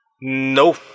No